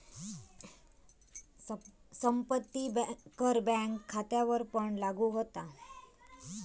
संपत्ती कर बँक खात्यांवरपण लागू होता